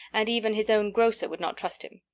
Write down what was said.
and even his own grocer would not trust him.